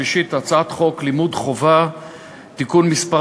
ושלישית את הצעת חוק לימוד חובה (תיקון מס'